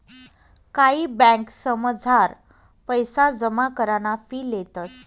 कायी ब्यांकसमझार पैसा जमा कराना फी लेतंस